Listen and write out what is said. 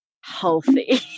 healthy